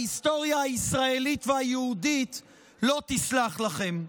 ההיסטוריה הישראלית והיהודית לא תסלח לכם.